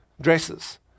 dresses